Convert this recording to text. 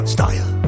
Style